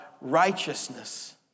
righteousness